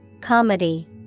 Comedy